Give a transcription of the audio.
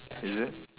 is it